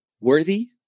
worthy